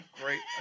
great